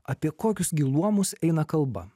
apie kokius gi luomus eina kalba